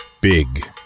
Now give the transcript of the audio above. Big